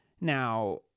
Now